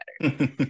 better